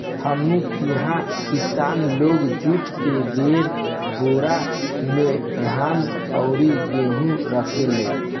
हमनी किहा किसान लोग जुट के बोरा में धान अउरी गेहू रखेले